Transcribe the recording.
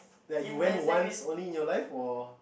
like you went once only in your life or